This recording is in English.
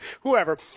whoever